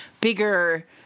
bigger